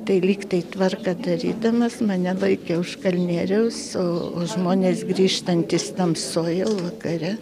tai lyg tai tvarką darydamas mane laikė už kalnieriaus o žmonės grįžtantys tamsoj jau vakare